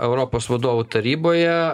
europos vadovų taryboje